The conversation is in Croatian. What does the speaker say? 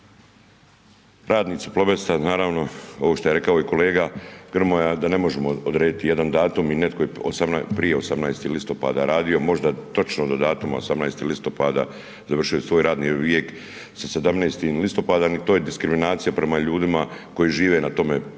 Radnici Plobesta naravno ovo što je rekao i kolega Grmoja da ne možemo odrediti jedan datum i netko je prije 18. listopada radio, možda točno do datuma 18. listopada završio je svoj radni vijek sa 17. listopada, to je diskriminacija prema ljudima koji žive na tome prostoru.